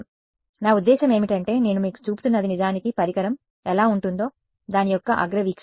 కాబట్టి నా ఉద్దేశ్యం ఏమిటంటే నేను మీకు చూపుతున్నది నిజానికి పరికరం ఎలా ఉంటుందో దాని యొక్క అగ్ర వీక్షణ